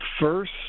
first